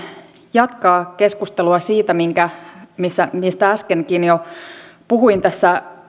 jatkaa keskustelua siitä mistä äskenkin jo puhuin tässä